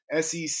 SEC